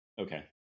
Okay